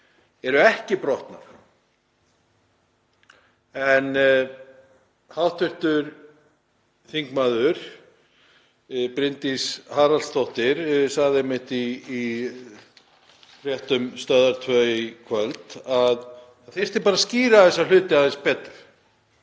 eru ekki brotnar. Hv. þm. Bryndís Haraldsdóttir sagði einmitt í fréttum Stöðvar 2 í kvöld að það þyrfti bara að skýra þessa hluti aðeins betur.